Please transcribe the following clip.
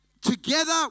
together